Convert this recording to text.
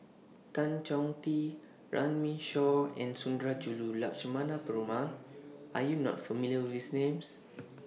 Tan Chong Tee Runme Shaw and Sundarajulu Lakshmana Perumal Are YOU not familiar with These Names